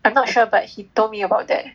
I'm not sure but he told me about that